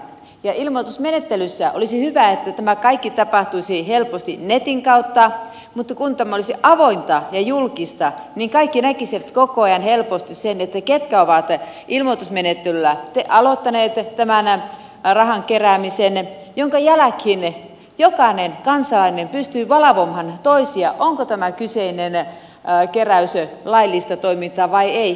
ja ilmoitusmenettelyssä olisi hyvä että tämä kaikki tapahtuisi helposti netin kautta mutta kun tämä olisi avointa ja julkista niin kaikki näkisivät koko ajan helposti sen ketkä ovat ilmoitusmenettelyllä aloittaneet tämän rahan keräämisen minkä jälkeen jokainen kansalainen pystyy valvomaan toistansa onko tämä kyseinen keräys laillista toimintaa vai ei